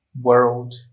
world